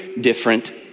different